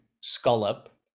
scallop